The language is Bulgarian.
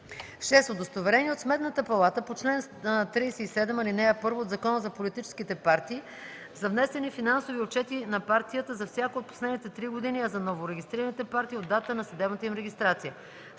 6. удостоверение от Сметната палата по чл. 37, ал. 1 от Закона за политическите партии за внесени финансови отчети на партията за всяка от последните три години, а за новорегистрираните партии - от датата на съдебната им регистрация;